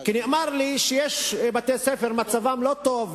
כי נאמר לי שיש בתי-ספר שמצבם לא טוב,